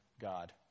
God